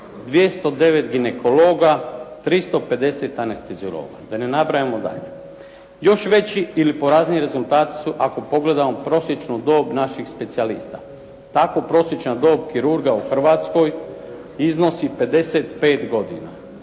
209 ginekologa, 350 anesteziologa da ne nabrajamo dalje. Još veći ili porazniji rezultat su ako pogledamo prosječnu dob naših specijalista. Tako prosječna dob kirurga u Hrvatskoj iznosi 55 godina